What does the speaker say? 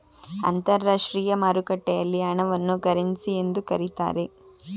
ಅಂತರಾಷ್ಟ್ರೀಯ ಮಾರುಕಟ್ಟೆಯಲ್ಲಿ ಹಣವನ್ನು ಕರೆನ್ಸಿ ಎಂದು ಕರೀತಾರೆ